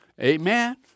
Amen